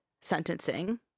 sentencing